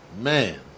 Man